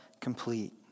complete